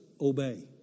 obey